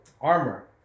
armor